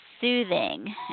soothing